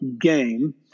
game